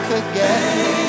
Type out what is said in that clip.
again